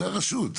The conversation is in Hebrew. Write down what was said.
מהרשות.